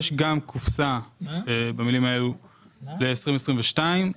יש גם קופסה, במילים האלה, ל-2022,